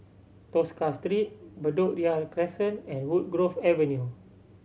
Tosca Street Bedok Ria Crescent and Woodgrove Avenue